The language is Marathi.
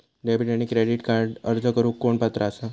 डेबिट आणि क्रेडिट कार्डक अर्ज करुक कोण पात्र आसा?